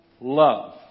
love